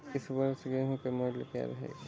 इस वर्ष गेहूँ का मूल्य क्या रहेगा?